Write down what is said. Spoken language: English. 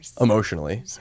emotionally